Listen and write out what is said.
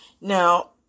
Now